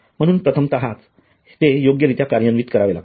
म्हणूनच प्रथमतःच ते योग्यरित्या कार्यान्वित करावे लागतात